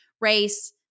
race